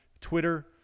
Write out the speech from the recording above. Twitter